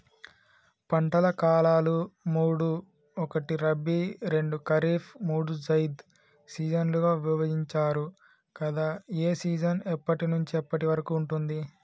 పంటల కాలాలు మూడు ఒకటి రబీ రెండు ఖరీఫ్ మూడు జైద్ సీజన్లుగా విభజించారు కదా ఏ సీజన్ ఎప్పటి నుండి ఎప్పటి వరకు ఉంటుంది?